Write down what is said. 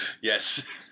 Yes